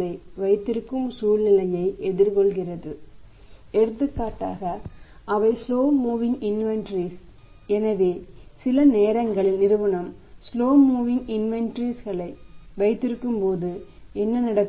களை வைத்திருக்கும்போது என்ன நடக்கும்